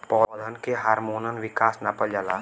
पौधन के हार्मोन विकास नापल जाला